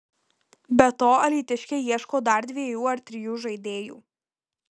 be to alytiškiai ieško dar dviejų ar trijų žaidėjų